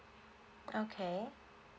okay